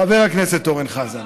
חבר הכנסת אורן חזן.